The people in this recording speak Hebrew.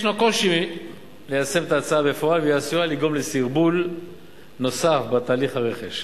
יש קושי ליישם את ההצעה בפועל והיא עשויה לגרום לסרבול נוסף בהליך הרכש,